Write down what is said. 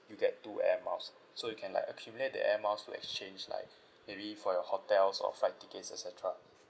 you get two air miles so you can like accumulate the air miles to exchange like maybe for your hotels or flight tickets et cetera